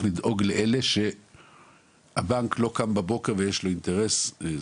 לדאוג לאלה שהבנק לא קם בבוקר ויש לו אינטרס.